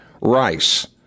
Rice